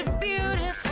beautiful